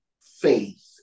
faith